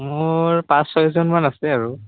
মোৰ পাঁচ ছয়জনমান আছে আৰু